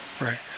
right